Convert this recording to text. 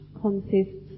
consists